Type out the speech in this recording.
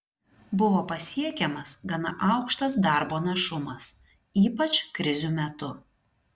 buvo pasiekiamas gana aukštas darbo našumas ypač krizių metu